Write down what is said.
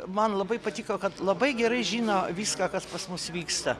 man labai patiko kad labai gerai žino viską kas pas mus vyksta